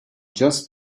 just